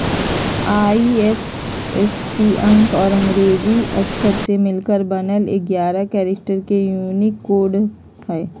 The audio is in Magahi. आई.एफ.एस.सी अंक और अंग्रेजी अक्षर से मिलकर बनल एगारह कैरेक्टर के यूनिक कोड हइ